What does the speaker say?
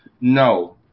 No